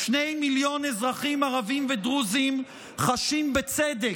שני מיליון אזרחים ערבים ודרוזים חשים, בצדק,